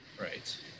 right